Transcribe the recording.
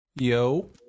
yo